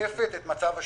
משקפת גם את מצב השוק.